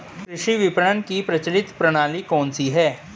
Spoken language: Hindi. कृषि विपणन की प्रचलित प्रणाली कौन सी है?